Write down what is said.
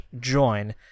join